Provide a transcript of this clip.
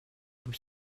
beaux